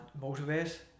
motivate